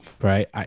right